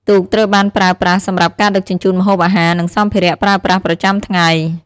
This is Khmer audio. ទូកត្រូវបានប្រើប្រាស់សម្រាប់ការដឹកជញ្ជូនម្ហូបអាហារ និងសម្ភារៈប្រើប្រាស់ប្រចាំថ្ងៃ។